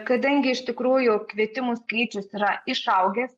kadangi iš tikrųjų kvietimų skaičius yra išaugęs